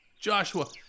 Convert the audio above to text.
Joshua